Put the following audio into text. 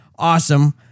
Awesome